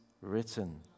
written